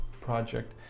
project